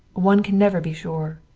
one can never be sure.